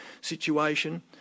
situation